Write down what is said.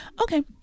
Okay